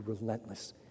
relentless